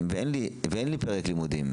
כלומר משרד הבריאות הוא זה שמתעסק בעניין הפרופסיונלי,